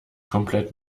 komplett